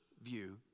view